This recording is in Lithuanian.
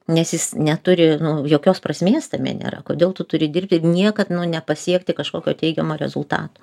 nes jis neturi jokios prasmės tame nėra kodėl tu turi dirbti ir niekad nepasiekti kažkokio teigiamo rezultato